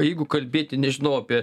jeigu kalbėti nežinau apie